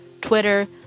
Twitter